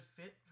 fit